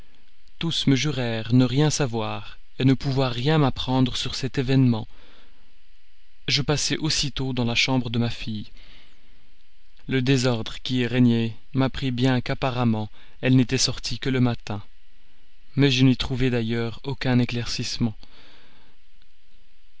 tous me jurèrent ne rien savoir ne pouvoir rien m'apprendre sur cet événement je passai aussitôt dans la chambre de ma fille le désordre qui y régnait m'apprit bien qu'apparemment elle n'était sortie que le matin mais je n'y trouvai d'ailleurs aucun éclaircissement